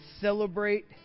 celebrate